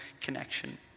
connection